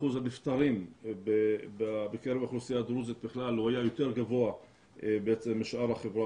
אחוז הנפטרים בקרב האוכלוסייה הדרוזית היה יותר גבוה משאר החברה